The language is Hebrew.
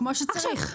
כמו שצריך.